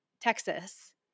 Texas